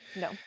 no